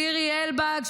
לירי אלבג,